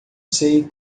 sei